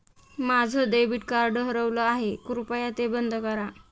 माझं debit card हरवलं आहे, कृपया ते बंद करा